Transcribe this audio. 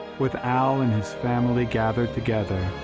with al and his family gathered together,